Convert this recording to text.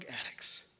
addicts